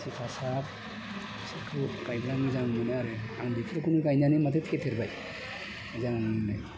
थिथासाब गायनानै मोजां मोनो आरो आं बेफोरखौ गायनानै माथो फेदेरबाय मोजांनो